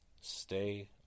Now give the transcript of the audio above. stay